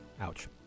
Ouch